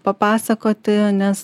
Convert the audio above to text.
papasakoti nes